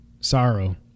sorrow